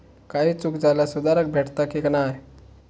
काही चूक झाल्यास सुधारक भेटता की नाय?